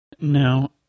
Now